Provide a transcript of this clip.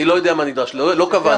אני לא יודע מה נדרש, לא קבענו.